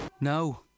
No